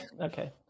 okay